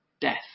death